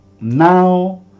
now